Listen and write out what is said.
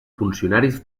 funcionaris